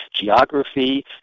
geography